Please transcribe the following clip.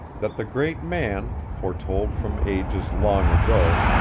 that the great man, foretold from ages long ago,